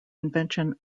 invention